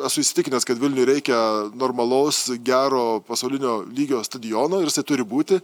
esu įsitikinęs kad vilniui reikia normalaus gero pasaulinio lygio stadiono turi būti